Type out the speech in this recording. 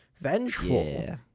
vengeful